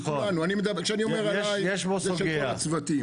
כשאני אומר עלי זה אצל כל הצוותים.